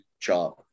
job